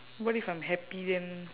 what if I'm happy then